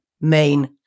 main